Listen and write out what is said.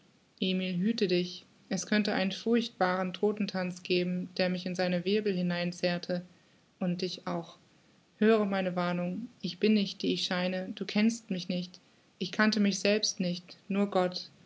emil hüte dich es könnte einen furchtbaren todtentanz geben der mich in seine wirbel hineinzerrte und dich auch höre meine warnung ich bin nicht die ich scheine du kennst mich nicht ich kannte mich selbst nicht nur gott